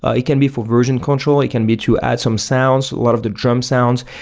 ah it can be for version control, it can be to add some sounds, a lot of the drum sounds,